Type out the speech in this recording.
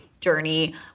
journey